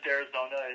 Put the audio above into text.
Arizona